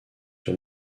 sur